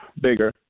bigger